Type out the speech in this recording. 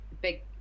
big